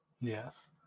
Yes